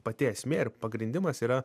pati esmė ir pagrindimas yra